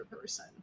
person